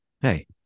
Hey